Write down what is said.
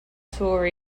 tour